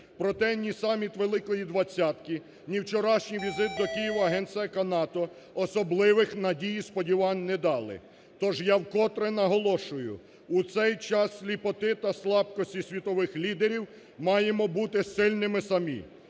Проте, ні саміт Великої двадцятки, ні вчорашній візит до Києва Генсека НАТО особливих надій і сподівань не дали. Тож я вкотре наголошую, у цей час сліпоти та слабкості світових лідерів маємо бути сильними самі.